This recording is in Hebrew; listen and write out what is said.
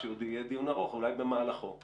בסדר, אבל עובדתית זה לא קרה.